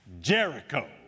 Jericho